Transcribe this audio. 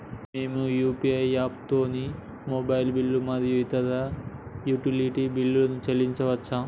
మేము యూ.పీ.ఐ యాప్లతోని మొబైల్ బిల్లులు మరియు ఇతర యుటిలిటీ బిల్లులను చెల్లించచ్చు